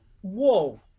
whoa